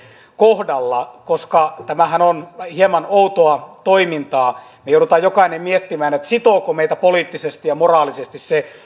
kohdalla koska tämähän on hieman outoa toimintaa me joudumme jokainen miettimään sitooko meitä poliittisesti ja moraalisesti se